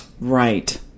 Right